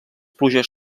pluges